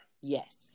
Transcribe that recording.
Yes